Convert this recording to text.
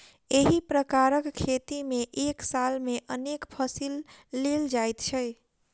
एहि प्रकारक खेती मे एक साल मे अनेक फसिल लेल जाइत छै